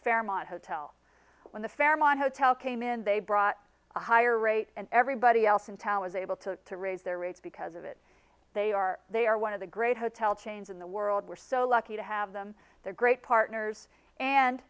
fairmont hotel when the fairmont hotel came in they brought a higher rate and everybody else in town was able to raise their rates because of it they are they are one of the great hotel chains in the world we're so lucky to have them they're great partners and